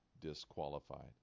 disqualified